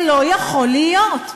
זה לא יכול להיות.